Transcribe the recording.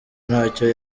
ntacyo